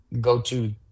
go-to